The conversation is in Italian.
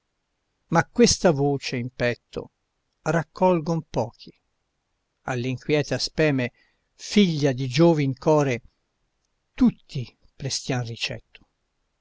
ma questa voce in petto raccolgon pochi all'inquieta speme figlia di giovin core tutti prestiam ricetto